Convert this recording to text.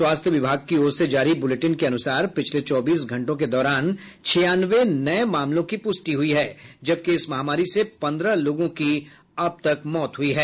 स्वास्थ्य विभाग की ओर से जारी बुलेटिन के अनुसार पिछले चौबीस घंटों के दौरान छियानवे नये मामलों की पुष्टि हुई है जबकि इस महामारी से पंद्रह लोगों की मृत्यु हुई है